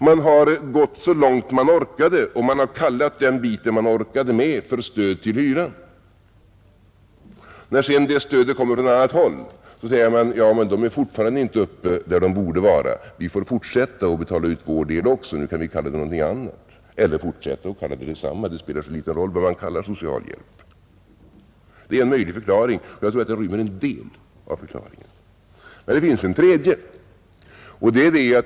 Man har gått så långt man orkade och man har kallat den bit man orkade med för stöd till hyran. När sen det stödet kommer från annat håll, säger man: Ja, men det är fortfarande inte uppe där det borde vara. Vi får fortsätta att betala ut vår del också. Nu kan vi kalla den någonting annat eller fortsätta att kalla den detsamma. Vad man kallar socialhjälpen spelar så liten roll. Det är en möjlig förklaring, och jag tror att den rymmer en del. Det finns en tredje möjlighet.